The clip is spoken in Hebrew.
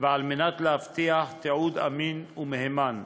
וכדי להבטיח תיעוד אמין ומהימן.